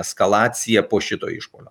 eskalaciją po šito išpuolio